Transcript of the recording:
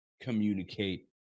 communicate